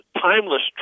timeless